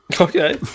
okay